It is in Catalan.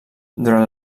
durant